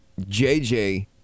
JJ